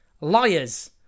LIARS